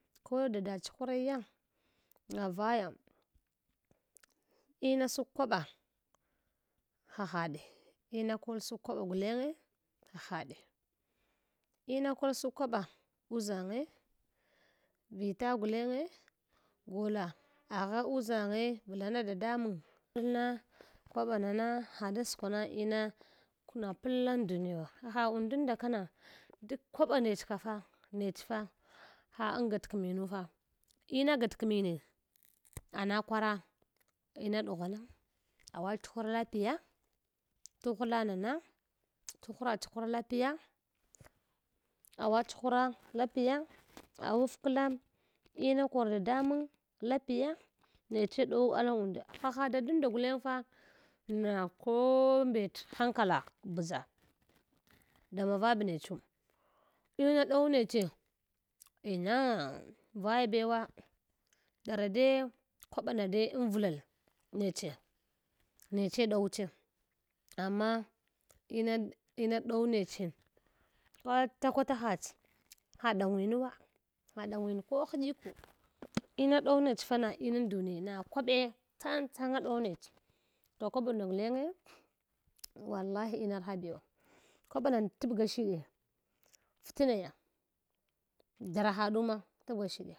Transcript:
Ko dada ch’huraya na vaya in saku kwaɓa hahaɗe ina kol sak kwaɓa gulenge hahade, ina kol sakw kwaba uʒange vita gulenge gola agha uʒange vlana dadamang ina kwaɓanan, ha da skwana in kuna plan dumwa haha undunda kana dak kwaba nduch ka fa nech fa ha angatkinu fa ina gatkimine ana kwara ma ɗughwana awa chuhra lapia tuhla nana tuhla chhur lapiya, awachhura lapiya awafkla ina kor dadamang lapiya neche ɗowala unda haha dadunda guleng fa na kobat hanlagh bfa damavab nechu ina ɗow neche ina vaya bewa dara de kwaɓana dai anvlal neche neche dowche amma inadina dow neche kwata kwata hats ha dangwinuwa ha dangwinko hiɗiku ina ɗow nech fa na ina duni na kwaɓe tsangtsanga ɗow nech toh kwabina gulenga wallahi marha bewa kwaɓana tabga shiɗa fitna ya dara haduma tabga shiɗa